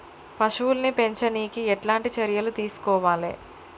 పశువుల్ని పెంచనీకి ఎట్లాంటి చర్యలు తీసుకోవాలే?